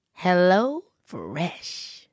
HelloFresh